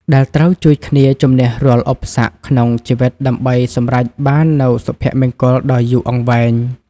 ដែលត្រូវជួយគ្នាជម្នះរាល់ឧបសគ្គក្នុងជីវិតដើម្បីសម្រេចបាននូវសុភមង្គលដ៏យូរអង្វែង។